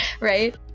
right